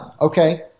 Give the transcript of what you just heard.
Okay